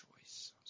choice